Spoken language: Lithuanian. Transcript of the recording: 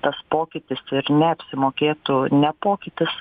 tas pokytis ir neapsimokėtų ne pokytis